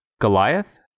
Goliath